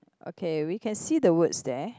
okay we can see the words there